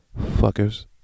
fuckers